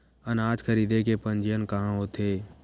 अनाज खरीदे के पंजीयन कहां होथे?